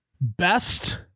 best